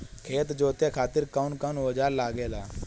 खेत जोते खातीर कउन कउन औजार लागेला?